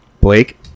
Blake